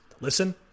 listen